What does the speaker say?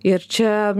ir čia